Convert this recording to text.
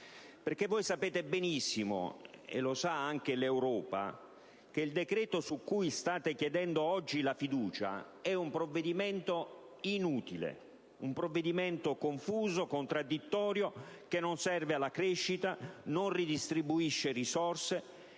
certi. Voi sapete benissimo, e lo sa anche l'Europa, che il decreto su cui state chiedendo oggi la fiducia è un provvedimento inutile, confuso, contraddittorio, che non serve alla crescita e non redistribuisce risorse